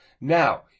Now